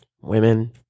women